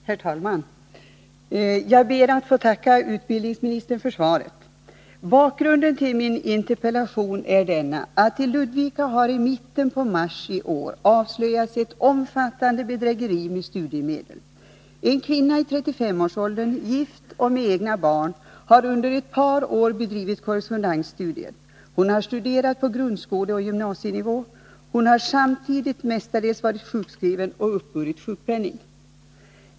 Herr talman! Jag ber att få tacka utbildningsministern för svaret. Bakgrunden till min interpellation är att det i Ludvika i mitten på mars i år har avslöjats ett omfattande bedrägeri med studiemedel. En kvinna i 35-årsåldern, gift och med egna barn, har under ett par år bedrivit korrespondensstudier. Hon har studerat på grundskoleoch gymnasienivå. Hon har samtidigt mestadels varit sjukskriven och uppburit sjukpenning.